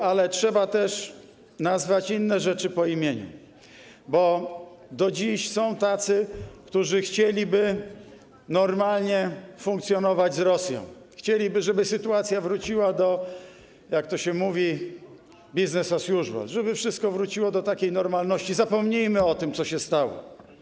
Natomiast trzeba też nazwać inne rzeczy po imieniu, bo do dziś są tacy, którzy chcieliby normalnie funkcjonować z Rosją, chcieliby, żeby sytuacja wróciła do - jak to się mówi - business as usual, żeby wszystko wróciło do takiej normalności - i zapomnijmy o tym, co się stało.